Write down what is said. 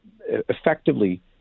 effectively